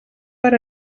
per